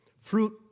fruit